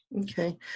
Okay